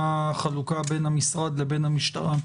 מה החלוקה בין המשרד לבין המשטרה.